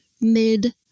mid